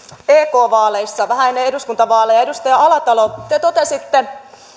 vähän ennen eduskuntavaaleja edustaja alatalo te totesitte